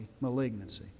malignancy